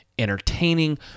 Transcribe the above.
Entertaining